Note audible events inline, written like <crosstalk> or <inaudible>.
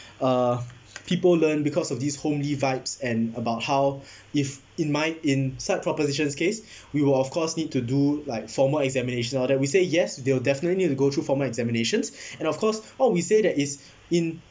uh people learn because of this homely vibes and about how if in my in side proposition's case we will of course need to do like formal examination all that we say yes they'll definitely need to go through formal examinations <breath> and of course what we say that is in